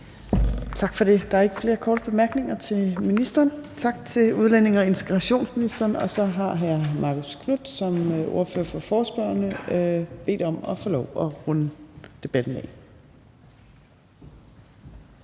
Tak for det. Der er ikke flere korte bemærkninger til ministeren. Tak til udlændinge- og integrationsministeren. Så har hr. Marcus Knuth som ordfører for forespørgerne bedt om at få lov at runde debatten af.